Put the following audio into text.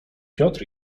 piotr